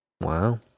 Wow